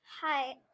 Hi